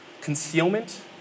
concealment